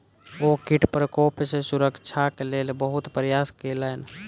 ओ कीट प्रकोप सॅ सुरक्षाक लेल बहुत प्रयास केलैन